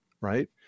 right